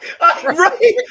right